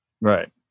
Right